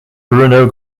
bruno